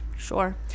Sure